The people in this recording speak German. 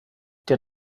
der